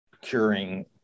curing